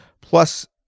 Plus